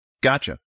Gotcha